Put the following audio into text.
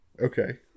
Okay